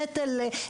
אני רוצה,